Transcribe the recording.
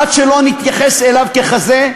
עד שלא נתייחס אליו ככזה,